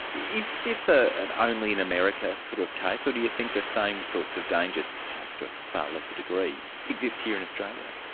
is this ah an an only in america sort of case or do you think the same sorts of dangers, perhaps to a far lesser degree, exist here in australia?